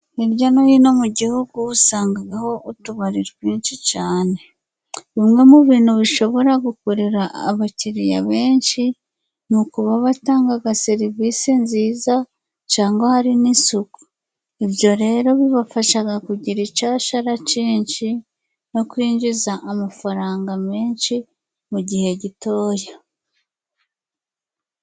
Hirya no hino mu gihugu usangaho utubari twinshi cyane, bimwe mu bintu bishobora gukurura abakiriya benshi ni ukuba batanga serivisi nziza, cyangwa hari n'isuku .Ibyo rero bibafasha kugira icyashara cyinshi, no kwinjiza amafaranga menshi mu gihe gitoya.